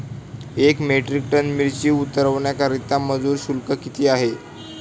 एक metric ton मिरची उतरवण्याकरता मजूर शुल्क किती आहे?